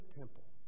temple